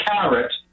carrot